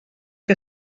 que